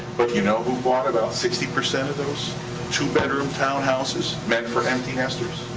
but you know who bought about sixty percent of those two-bedroom townhouses meant for empty nesters?